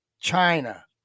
China